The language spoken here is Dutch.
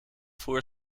voor